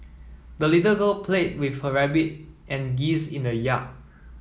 the little girl played with her rabbit and geese in the yard